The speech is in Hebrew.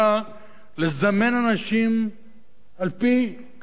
לזמן אנשים על-פי כוונותיהם.